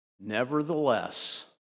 Nevertheless